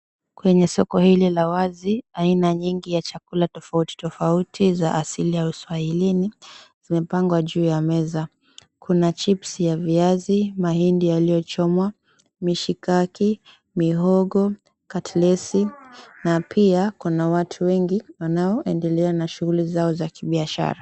Kwenye soko hili la wazi aina nyingi ya chakula tofauti tofauti za asili ya Uswahilini zimepangwa juu ya meza, kuna chips ya viazi, mahindi yaliyochomwa, mishikaki, mihogo, katlesi na pia kuna watu wengi wanaoendelea na shughuli zao za kibiashara.